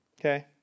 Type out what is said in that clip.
Okay